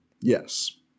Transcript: Yes